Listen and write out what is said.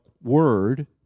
word